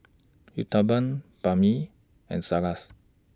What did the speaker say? Uthapam Banh MI and Salsa